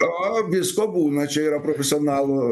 o visko būna čia yra profesionalų